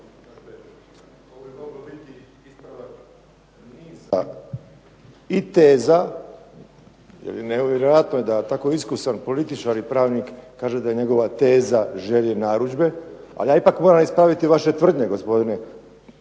nije uključen./ ... i teza jer nevjerojatno je da tako iskusan političar i pravnik kaže da je njegova teza želje i narudžbe. Ali ja moram ipak ispraviti vaše tvrdnje gospodine